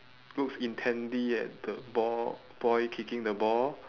looks intently at the ball boy kicking the ball